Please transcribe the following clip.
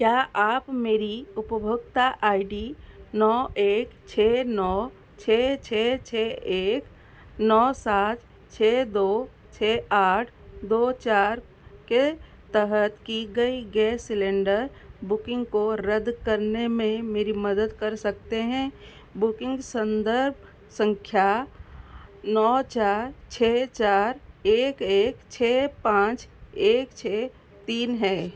क्या आप मेरे उपभोक्ता आई डी नौ एक छः नौ छः छः छः एक नौ सात छः दो छः आठ दो चार के तहत की गई गैस सिलेंडर बुकिंग को रद्द करने में मेरी मदद कर सकते हैं बुकिंग संदर्भ संख्या नौ चार छः चार एक एक छे पाँच एक छः तीन है